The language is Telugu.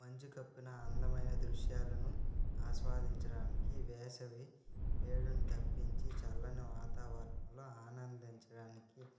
మంచు కప్పిన అందమైన దృశ్యాలను ఆస్వాదించడానికి వేసవి వేడుని తప్పించి చల్లని వాతావరణంలో ఆనందించడానికి